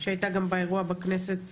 שהייתה גם באירוע בכנסת הקודמת.